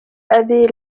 أبي